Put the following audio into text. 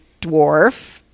dwarf